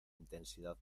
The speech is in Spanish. intensidad